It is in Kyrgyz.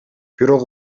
бирок